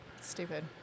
stupid